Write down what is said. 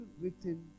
written